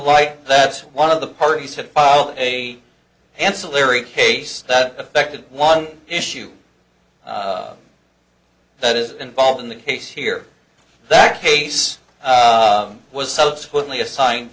light that's one of the parties had filed a ancillary case that affected one issue that is involved in the case here that case was subsequently assigned